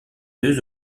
deux